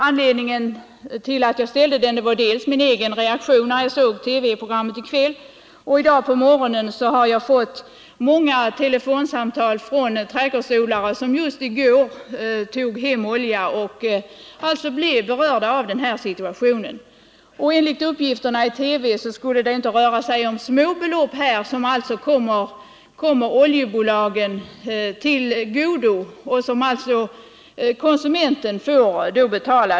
Anledningen till att jag ställde den var dels min egen reaktion när jag såg TV-programmet, dels många telefonsamtal som jag har fått i dag från trädgårdsodlare som just i går tog hem olja och blev berörda av den här situationen. Enligt uppgifterna i TV rör det sig inte om småbelopp som kommer oljebolagen till godo och som alltså konsumenten får betala.